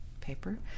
paper